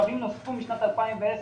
קווים נוספו משנת 2010,